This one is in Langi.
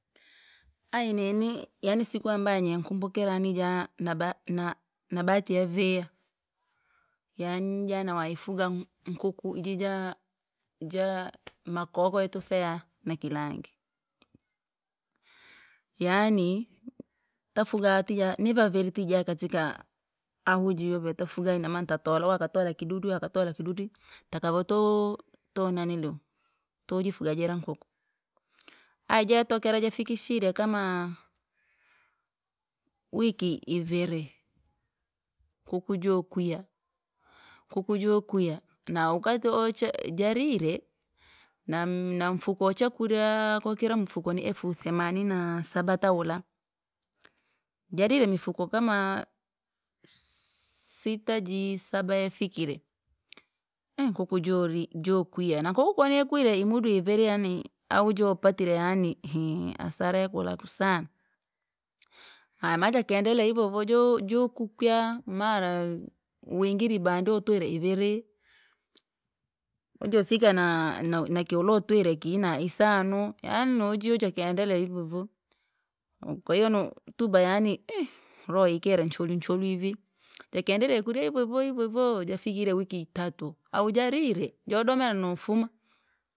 Ayi nini yaani siku ambayo yenkumbukira nijaa naba na- nabahati yaviha, yaani nija nawahya fuga nkuku jija– ja- ja, makokoyo tuseya nikilangi, yaani tafuga tija nivaviri tija katika ahu jiyotafuga inamaana tatalala uhu akatola kidudi uhu akatola kidudi, takavotoo tonaniliu, toojifuga jira nkuku. Ayi jatokera jafikishiere kama! Wiki iviri, kuku jokwiya, kuku jokwiya, naukate o- che najarire, nam- mufuko wachakuryaa kwakira mufuko ni elfu themanina saba tawula, jarire mifuko kama sita jii, saba yafikire, nkuku jori jokwiya na nikuku koni yakwire imudu iviri yaani au jo upatire yaani ehee hasara ya kula kusana. Haya majakendelea hivyohivyo jo- joukwiyaa mara wingire ibandi utule ivirii, yajofika na- nakiwulo watwire kinaisanu, yaani nojiyo jakendelea hivohivo, kwahiyo no- tuba yaani roho ikila ncholwincholwi vii, jakendelea kurya hivohivo hivohivo, jafikire wiki itatu, au jarire jaudomera nufuma.